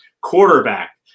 quarterback